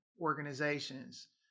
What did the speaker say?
organizations